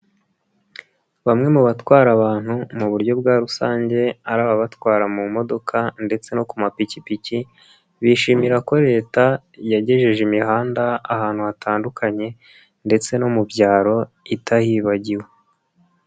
Bamwe mu batwara abantu mu buryo bwa rusange ari ababatwara mu modoka ndetse no ku mapikipiki, bishimira ko Leta yagejeje imihanda ahantu hatandukanye ndetse no mu byaro itahibagiwe.